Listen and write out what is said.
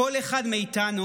כל אחד מאיתנו,